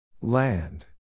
Land